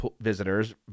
visitors